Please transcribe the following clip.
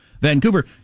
Vancouver